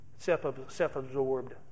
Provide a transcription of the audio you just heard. self-absorbed